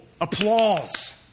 applause